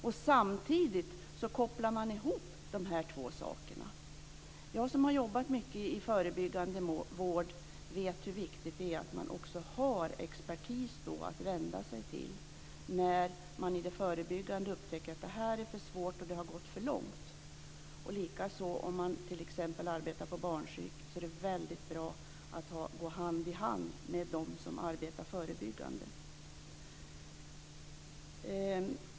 Dessutom kopplar man ihop de här två sakerna. Jag som har jobbat mycket i förebyggande vård vet hur viktigt det är att man också har expertis att vända sig till när man i det förebyggande arbetet upptäcker att detta är för svårt och att det har gått för långt. Likaså är det bra att gå hand i hand med dem som arbetar förebyggande, om man t.ex. arbetar på barnsjukhus.